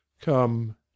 Come